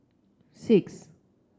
six